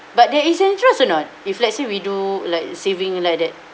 but there is interest or not if let's say we do like saving like that